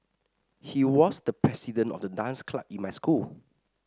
he was the president of the dance club in my school